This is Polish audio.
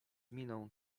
miną